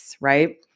right